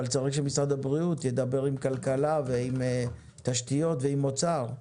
אבל צריך שמשרד הביאות ידבר עם משרד הכלכלה ועם תשתיות ועם האוצר.